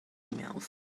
emails